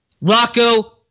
Rocco